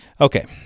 okay